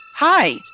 Hi